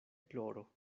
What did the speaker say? ploro